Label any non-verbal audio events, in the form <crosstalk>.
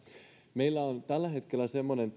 meillä on tällä hetkellä semmoinen <unintelligible>